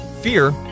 fear